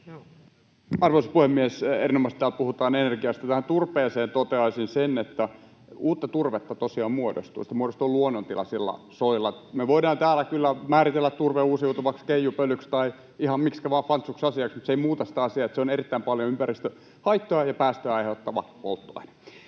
Arvoisa puhemies! Erinomaista, että täällä puhutaan energiasta. Tähän turpeeseen toteaisin, että uutta turvetta tosiaan muodostuu: sitä muodostuu luonnontilaisilla soilla. Me voidaan täällä kyllä määritellä turve uusiutuvaksi, keijupölyksi tai ihan miksikä vaan fantsuksi asiaksi, mutta se ei muuta sitä asiaa, että se on erittäin paljon ympäristöhaittoja ja päästöjä aiheuttava polttoaine.